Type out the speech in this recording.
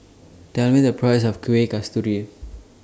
Tell Me The Price of Kueh Kasturi